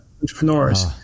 entrepreneurs